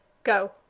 go,